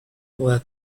were